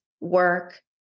work